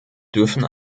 dürfen